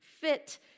fit